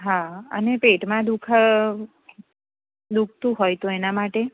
હા અને પેટમાં દુઃખ દુઃખતું હોય તો એના માટે